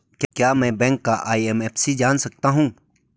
क्या मैं बैंक का आई.एफ.एम.सी जान सकता हूँ?